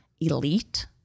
elite